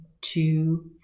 two